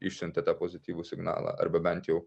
išsiuntė tą pozityvų signalą arba bent jau